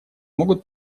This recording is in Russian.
могут